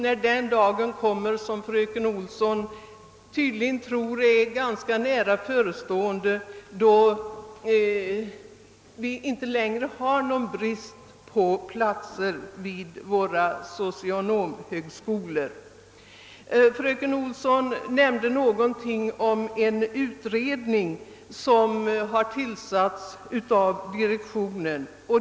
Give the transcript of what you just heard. Det får vi göra när den dag kommer — som fröken Olsson tydligen tror är ganska nära förestående — då det inte längre råder någon brist på platser vid våra socialhögskolor. Fröken Olsson nämnde något om en utredning som har tillsatts av direktionen.